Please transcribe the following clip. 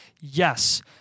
Yes